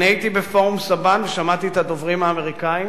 הייתי בפורום סבן ושמעתי את הדוברים האמריקנים